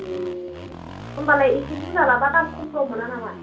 ए होमब्लालाय एसे बुरजा लाब्ला दाम खमफोराव मोना नामा